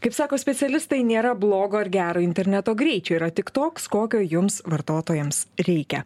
kaip sako specialistai nėra blogo ar gero interneto greičio yra tik toks kokio jums vartotojams reikia